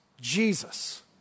Jesus